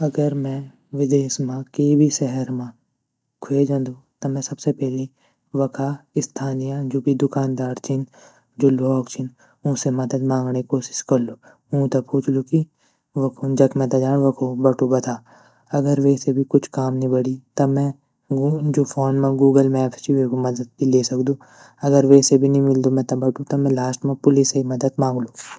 अगर में विदेश म के भी सहर म ख्वे जंदू त में सबसे पैली वखा स्थानीय जू भी दुकानदार छीन, जू ल्वोग छीन ऊँ से मदद माँगणे कोशिश कलू ऊँ त पुछलू की ज़ख मेता जाण वखो बटु बता अगर वेसे भी कुछ काम नी बणी त में जू फ़ोन म गूगल मैप्स ची वेगु मदद भी ल्ये सकदू अगर वे से भी नी मिलदू मेता बटु त में लास्ट म पुलिसे मदद माँग लू।